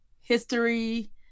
history